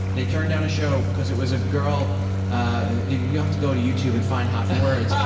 they turned down a show because it was a girl you have to go to youtube and find hot for words, yeah